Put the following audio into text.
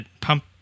pump